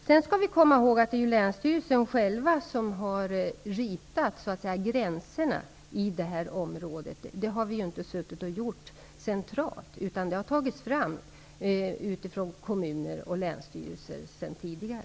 Sedan skall vi komma ihåg att det är länsstyrelsen själv som ritat gränserna i det här området, så det har vi inte gjort centralt. De här gränserna har alltså tagits fram tidigare av kommuner och länsstyrelser.